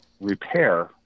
repair